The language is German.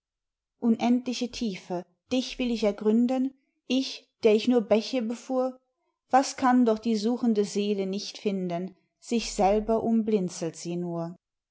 unendliche tiefe dich will ich ergründen ich der ich nur bäche befuhr was kann doch die suchende seele nicht finden sich selber umblinzelt sie nur